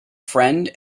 friend